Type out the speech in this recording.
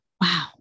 Wow